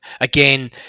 Again